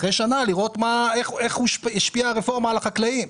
כדי לראות איך השפיעה הרפורמה על החקלאים,